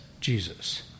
Jesus